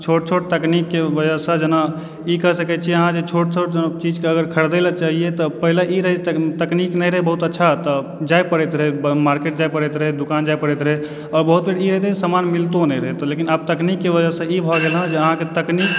छोट छोट तकनीककऽ वजहसँ जेना ई कहि सकैत छियै अहाँ जेना छोट छोट चीजकऽ अगर खरीदेलय चाहिए तऽ पहिले ई रहे तकनीक नहि रहय बहुत अच्छा तऽ जाय पड़ैत रहे मार्केट जाय पड़ैत रहे दोकान जाय पड़ैत रहे आओर बहुत बेर ई होए जे सामान मिलतहुँ नहि रहय लेकिन आब तकनीककऽ वजहसँ ई भऽ गेल हँ अहाँकऽ तकनीक